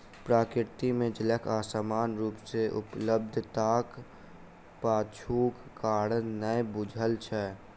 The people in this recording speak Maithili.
प्रकृति मे जलक असमान रूप सॅ उपलब्धताक पाछूक कारण नै बूझल छै